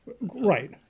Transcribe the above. Right